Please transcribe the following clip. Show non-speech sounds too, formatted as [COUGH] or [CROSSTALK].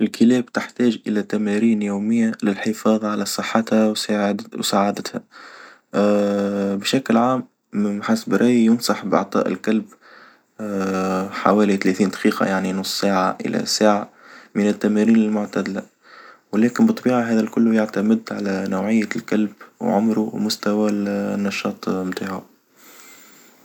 الكلاب تحتاج إلى تمارين يومية للحفاظ على صحتها وسعادتها [HESITATION] بشكل عام من حسب رأيي ينصح بإعطاء الكلب [HESITATION] حوالي ثلاثين دقيقة يعني نص ساعة إلى ساعة، من التمارين المعتدلة، ولكن بالطبيعة هذا الكل يعتمد على نوعية الكلب وعمره ومستوى النشاط متاعه.